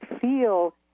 feel